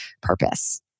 purpose